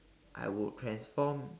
I would transform